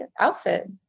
outfit